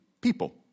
people